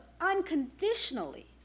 unconditionally